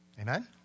Amen